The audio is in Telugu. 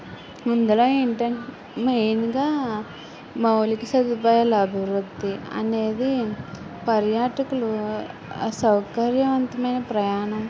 ముందరా ఏంటం మెయిన్గా మౌలిక సదుపాయాలు అభివృద్ధి అనేది పర్యాటకులు సౌకర్యవంతమైన ప్రయాణం